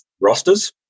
rosters